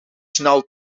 snel